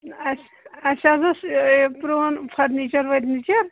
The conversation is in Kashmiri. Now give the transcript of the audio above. ٲں اسہِ اسہِ حظ اوس یہِ پرٛون فٔرنیٖچَر ؤرنیٖچَر